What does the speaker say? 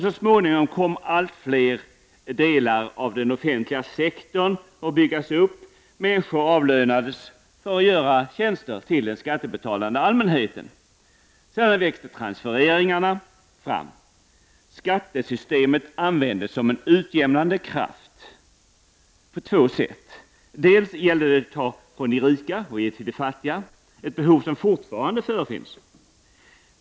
Så småningom kom allt fler delar av den offentliga sektorn att byggas ut. Människor avlönades för att göra tjänster till den skattebetalande allmänheten. Sedan växte transfereringarna fram; skattesystemet användes som en utjämnande kraft på två sätt. Dels gällde det att ta från de rika och ge till de fattiga, ett behov som fortfarande finns.